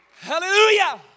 Hallelujah